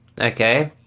Okay